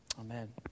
Amen